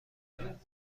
جان